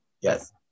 yes